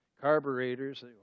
carburetors